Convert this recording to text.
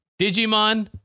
digimon